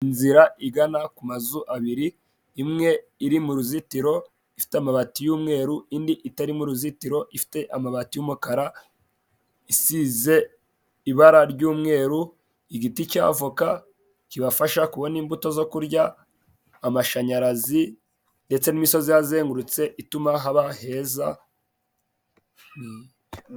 Inzira igana ku mazu abiri imwe iri mu ruzitiro ifite amabati y'umweru, indi itari mu uruzitiro ifite amabati y'umukara isize ibara ry'umweru, igiti cy' avoka kibafasha kubona imbuto zo kurya ,amashanyarazi ndetse n'imisozi ihazengurutse ituma haba heza.